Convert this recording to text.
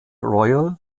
royal